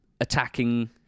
attacking